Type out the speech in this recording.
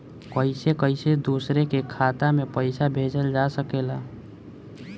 कईसे कईसे दूसरे के खाता में पईसा भेजल जा सकेला?